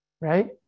right